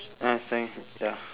ah changi ya